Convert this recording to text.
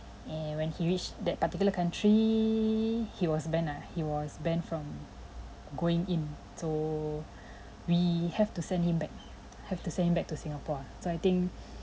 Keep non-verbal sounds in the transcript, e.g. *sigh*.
and when he reached that particular country he was banned ah he was banned from going in so *breath* we have to send him back have the same back to singapore ah so I think